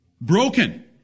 broken